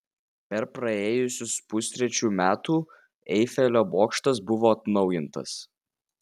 per praėjusius pustrečių metų eifelio bokštas buvo atnaujintas